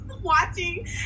watching